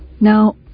Now